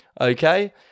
okay